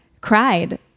cried